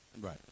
Right